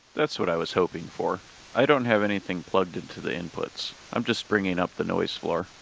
that's what i was hoping for i don't have anything plugged into the inputs, i'm just bringing up the noise floor.